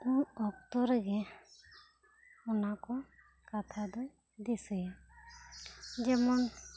ᱩᱱ ᱚᱠᱛᱚ ᱨᱮᱜᱮ ᱚᱱᱟ ᱠᱚ ᱠᱟᱛᱷᱟ ᱫᱚᱧ ᱫᱤᱥᱟᱹᱭᱟ ᱡᱮᱢᱚᱱ